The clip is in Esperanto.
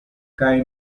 kaj